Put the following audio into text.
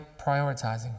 prioritizing